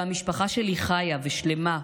שהמשפחה שלי חיה ושלמה,